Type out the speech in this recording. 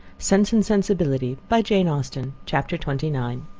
sense and sensibility by jane austen chapter twenty nine